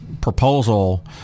proposal